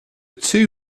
two